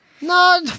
No